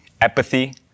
apathy